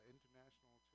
International